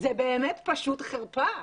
זו באמת פשוט חרפה.